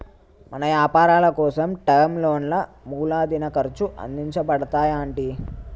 మన యపారాలకోసం టర్మ్ లోన్లా మూలదిన ఖర్చు అందించబడతాయి అంటి